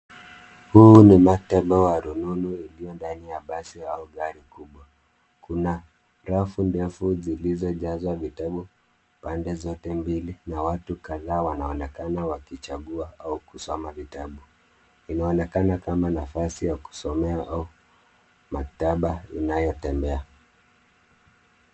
Huu ni maktaba wa rununu iliyo ndani ya basi au gari kubwa. Kuna rafu ndefu zilizojazwa vitabu upande zote mbili na watu kadhaa wanaonekana wakichagua au kusoma vitabu. Inaonekana kama nafasi ya kusomea au maktaba inayotembea.